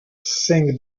sing